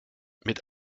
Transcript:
mit